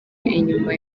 inyuma